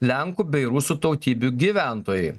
lenkų bei rusų tautybių gyventojai